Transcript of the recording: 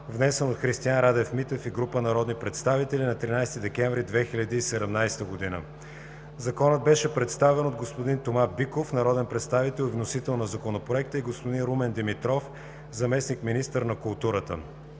внесен от Христиан Радев Митев и група народни представители на 13 декември 2017 г. Законопроектът беше представен от господин Тома Биков – народен представител и вносител на Законопроекта, и господин Румен Димитров – заместник-министър на културата.